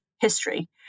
history